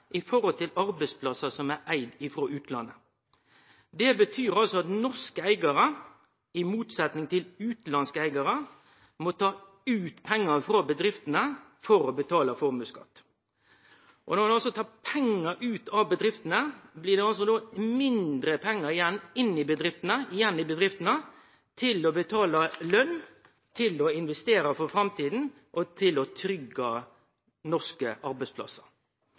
i forhold til arbeidsplassar som er eigde frå utlandet. Det betyr altså at norske eigarar, i motsetning til utanlandske eigarar, må ta ut pengar frå bedriftene for å betale formuesskatt. Når ein tar pengar ut av bedriftene, blir det altså mindre pengar igjen i bedriftene til å betale løn, til å investere for framtida og til å tryggje norske arbeidsplassar.